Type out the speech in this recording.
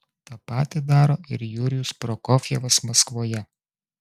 tą patį daro ir jurijus prokofjevas maskvoje